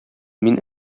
мин